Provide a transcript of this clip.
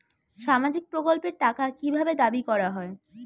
সামাজিক প্রকল্পের টাকা কি ভাবে দাবি করা হয়?